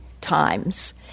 times